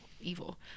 evil